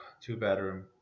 two-bedroom